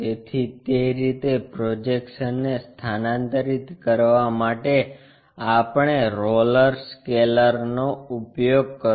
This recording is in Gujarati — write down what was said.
તેથી તે રીતે પ્રોજેક્શન્સને સ્થાનાંતરિત કરવા માટે અ આપણા રોલર સ્કેલનો ઉપયોગ કરો